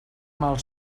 mal